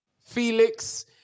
Felix